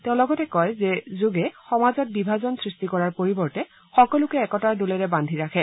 তেওঁ লগতে কয় যে যোগে সমাজত বিভাজন সৃষ্টি কৰাৰ পৰিৱৰ্তে সকলোকে একতাৰ ডোলেৰে বাদ্ধি ৰাখে